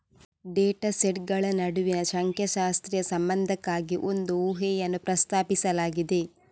data ಸೆಟ್ಗಳ ನಡುವಿನ ಸಂಖ್ಯಾಶಾಸ್ತ್ರೀಯ ಸಂಬಂಧಕ್ಕಾಗಿ ಒಂದು ಊಹೆಯನ್ನು ಪ್ರಸ್ತಾಪಿಸಲಾಗಿದೆ